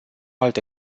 alte